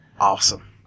Awesome